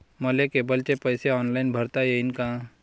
मले केबलचे पैसे ऑनलाईन भरता येईन का?